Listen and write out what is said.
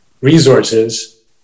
resources